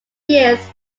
years